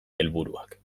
helburuak